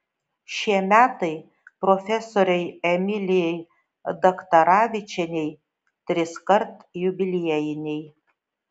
šie metai profesorei emilijai daktaravičienei triskart jubiliejiniai